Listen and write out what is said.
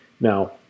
now